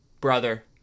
Brother